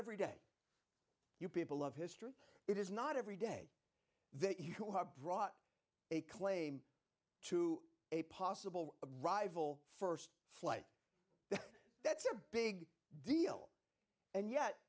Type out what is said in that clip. every day you people of history it is not every day that you are brought a claim to a possible rival st flight that's a big deal and yet